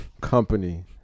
company